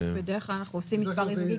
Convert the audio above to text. בדרך כלל אנחנו עושים מספר אי זוגי